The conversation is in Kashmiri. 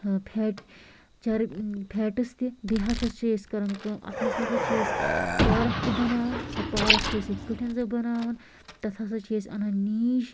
ٲں فیٹ چَرٕب فیٹٕس تہِ بیٚیہِ ہسا چھِ أسۍ کران کٲم اَتھ منٛز ہسا چھِ أسۍ پارَک تہِ بَناوان سۄ پارَک چھِ أسۍ یِتھۍ کٲٹھۍ زِ بَناوان تَتھ ہسا چھِ أسۍ اَنان نیٖجۍ